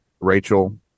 Rachel